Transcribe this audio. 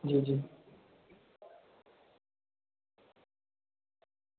जी जी